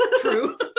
True